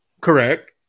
Correct